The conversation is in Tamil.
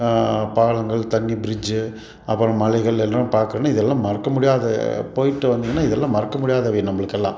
பாலங்கள் தண்ணி ப்ரிட்ஜு அப்புறம் மலைகள் எல்லாம் நம்ம பார்க்குறோன்னா இதெல்லாம் மறக்க முடியாத போய்விட்டு வந்திங்கன்னால் இதெல்லாம் மறக்க முடியாதவை நம்பளுக்கெல்லாம்